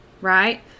right